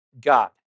God